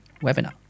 webinar